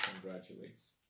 congratulates